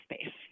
space